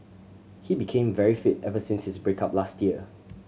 he became very fit ever since his break up last year